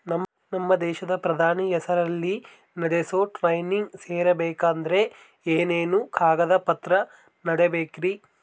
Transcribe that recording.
ನಮ್ಮ ದೇಶದ ಪ್ರಧಾನಿ ಹೆಸರಲ್ಲಿ ನಡೆಸೋ ಟ್ರೈನಿಂಗ್ ಸೇರಬೇಕಂದರೆ ಏನೇನು ಕಾಗದ ಪತ್ರ ನೇಡಬೇಕ್ರಿ?